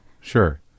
Sure